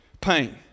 pain